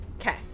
Okay